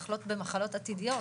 לחלות במחלות עתידיות,